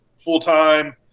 full-time